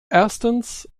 erstens